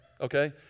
okay